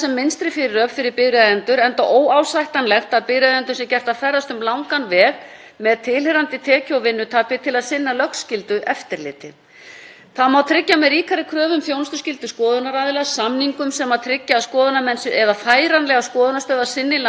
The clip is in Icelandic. Það má tryggja með ríkari kröfu um þjónustuskyldu skoðunaraðila, samningum sem tryggja að skoðunarmenn eða færanlegar skoðunarstöðvar sinni landsbyggðunum öllum með tilliti til settra viðmiða, hámarkskílómetrafjölda eða ferðatíma skoðunarstöðva við byggðarkjarna. Það er þjónusta sem væri sómi að í þágu byggðajafnréttis í landinu.